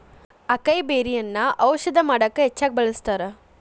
ಅಕೈಬೆರ್ರಿಯನ್ನಾ ಔಷಧ ಮಾಡಕ ಹೆಚ್ಚಾಗಿ ಬಳ್ಸತಾರ